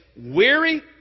weary